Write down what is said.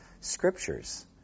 scriptures